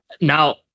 Now